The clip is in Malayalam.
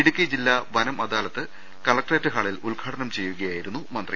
ഇടുക്കി ജില്ലാ വനം അദാലത്ത് കലക്ട്രേറ്റ് ഹാളിൽ ഉദ്ഘാടനം ചെയ്യുകയായിരുന്നു മന്ത്രി